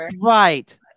right